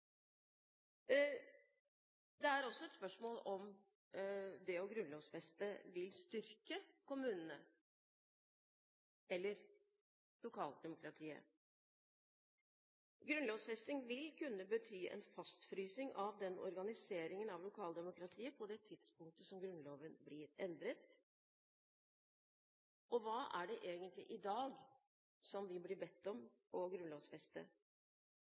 Det er også et spørsmål om det å grunnlovfeste vil styrke kommunene eller lokaldemokratiet. Grunnlovfesting vil kunne bety en fastfrysing av organiseringen av lokaldemokratiet på det tidspunktet som Grunnloven blir endret. Og hva er det egentlig i dag som vi blir bedt om å grunnlovfeste?